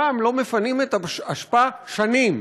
שם לא מפנים את האשפה שנים.